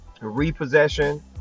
repossession